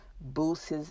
boosts